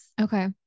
Okay